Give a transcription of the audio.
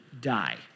die